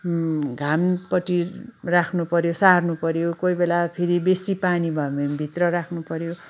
घामपट्टि राख्नुपऱ्यो सार्नुपऱ्यो कोही बेला फेरि बेसी पानी भयो भने भित्र राख्नुपऱ्यो